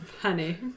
Honey